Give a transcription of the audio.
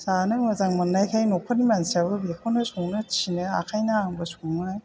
जानो मोजां मोन्नायखाय नखरनि मानसियाबो बेखौनो संनो थिनो ओंखायनो आंबो सङो